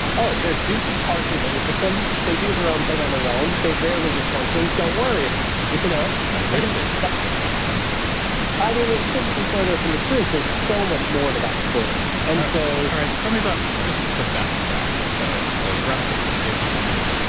oh, there's two parts of the nervous system. they do their own thing on their own. they rarely dysfunction. don't worry about it. you know? i wish they rarely dysfunctioned i mean, it couldn't be further from the truth. there's so much more to that story. and sodave asprey so all right. tell me about just the best breadth. so, so breathwork. it. i mean,